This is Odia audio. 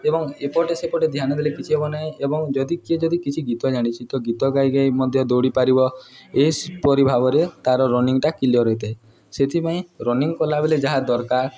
ଏବଂ ଏପଟେ ସେପଟେ ଧ୍ୟାନ ଦେଲେ କିଛି ହବ ନାହିଁ ଏବଂ ଯଦି କିଏ ଯଦି କିଛି ଗୀତ ଜାଣିଛି ତ ଗୀତ ଗାଇ ଗାଇ ମଧ୍ୟ ଦୌଡ଼ିପାରିବ ଏହିପରି ଭାବରେ ତା'ର ରନିଙ୍ଗଟା କ୍ଲିୟର୍ ହୋଇଥାଏ ସେଥିପାଇଁ ରନିଙ୍ଗ କଲାବେଳେ ଯାହା ଦରକାର